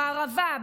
בערבה,